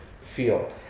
feel